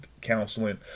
Counseling